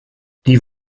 die